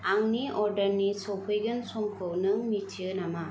आंनि अर्डारनि सौफैगोन समखौ नों मोनथियो नामा